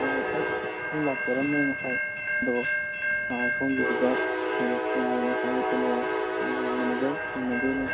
ꯍꯣꯏ ꯍꯣꯏ ꯑꯩ ꯑꯩ ꯂꯥꯛꯆꯔꯝꯃꯦ ꯉꯁꯥꯏ ꯑꯗꯣ ꯁꯣꯝꯒꯤꯁꯤꯗ ꯉꯁꯥꯏ ꯀꯩꯅꯣ ꯃꯦꯅꯦꯖꯔ ꯊꯦꯡꯅꯗꯦꯅ